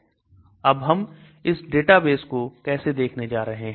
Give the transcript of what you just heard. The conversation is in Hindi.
अब हम इस डेटाबेस को कैसे देखने जा रहे हैं